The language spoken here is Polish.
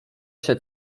się